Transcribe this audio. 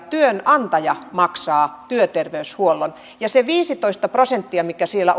työnantaja maksaa työterveyshuollon ja se viisitoista prosenttia mikä siellä